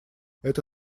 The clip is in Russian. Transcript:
это